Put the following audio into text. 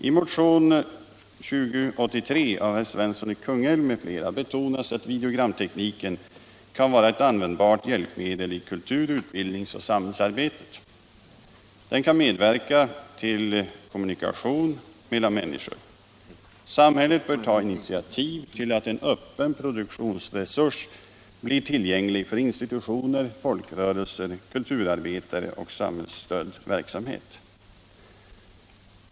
I motionen 2083 av herr Svensson i Kungälv m.fl. betonas att videogramtekniken kan vara ett användbart hjälpmedel i kultur-, utbildningsoch samhällsarbetet och att den kan medverka till kommunikation mellan människor. Samhället bör, säger motionärerna, ta initiativ till att en öppen produktionsresurs blir tillgänglig för institutioner, folkrörelser, kulturarbetare och samhällsstödd verksamhet.